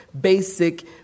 basic